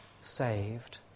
saved